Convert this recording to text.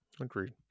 Agreed